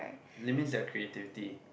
limits their creativity